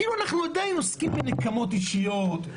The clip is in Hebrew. כאילו אנחנו עדיין עוסקים מנקמות אישיות,